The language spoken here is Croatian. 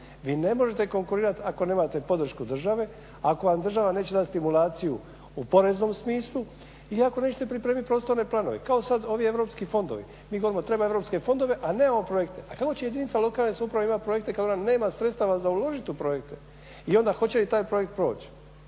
vi ne možete konkurirati ako nemate podršku države, ako vam država neće dati stimulaciju u poreznom smislu i ako nećete pripremiti prostorne planove, kao sada ovi europski fondovi. Mi govorimo, treba europske fondove, a ne ove projekte. A kako će jedinica lokalne samouprave imati projekte kada ona nema sredstva za uložiti u projekte? I onda hoće li taj projekt proći?